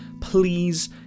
please